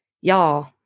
y'all